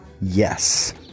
yes